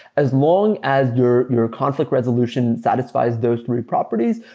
as long as your your conflict resolution satisfies those three properties,